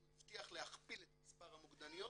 הוא הבטיח להכפיל את מספר המוקדניות,